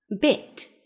Bit